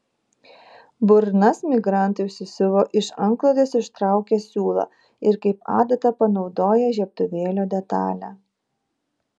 burnas migrantai užsisiuvo iš antklodės ištraukę siūlą ir kaip adatą panaudoję žiebtuvėlio detalę